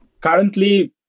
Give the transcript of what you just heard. Currently